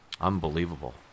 unbelievable